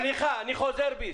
סליחה, מיקי, אני חוזר בי.